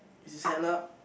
is his hand up